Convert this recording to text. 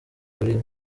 kugira